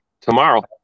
tomorrow